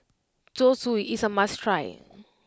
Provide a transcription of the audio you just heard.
Zosui is a must try